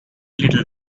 little